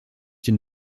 den